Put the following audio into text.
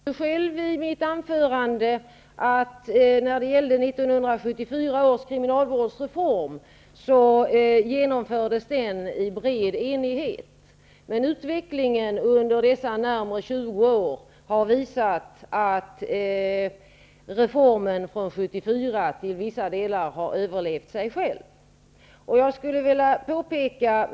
Herr talman! Jag sade tidigare i mitt anförande att 1974 års kriminalvårdsreform genomfördes i bred enighet. Men utvecklingen under dessa nära 20 år har visat att reformen från år 1974 till vissa delar har överlevt sig själv.